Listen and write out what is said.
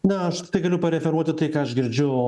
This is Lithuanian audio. na aš tiktai galiu pareferuoti tai ką aš girdžiu